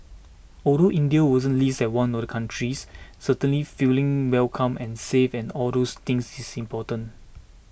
although India wasn't listed as one of the countries certainly feeling welcome and safe and all those things is important